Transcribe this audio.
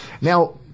Now